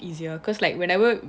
easier cause like whenever